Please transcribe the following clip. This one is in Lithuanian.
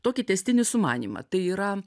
tokį tęstinį sumanymą tai yra